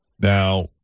Now